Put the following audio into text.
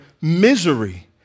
misery